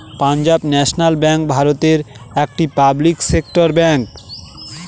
Punjab National Bank ভারতের একটি public sector bank